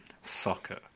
Soccer